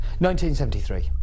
1973